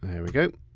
here we go.